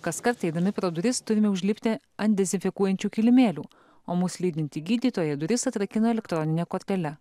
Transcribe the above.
kaskart eidami pro duris turime užlipti ant dezinfekuojančių kilimėlių o mus lydinti gydytoja duris atrakina elektronine kortele